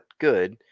good